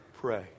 Pray